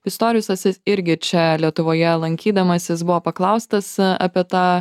pistorijusas irgi čia lietuvoje lankydamasis buvo paklaustas apie tą